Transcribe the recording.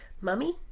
Mummy